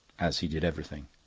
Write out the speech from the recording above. as he did everything,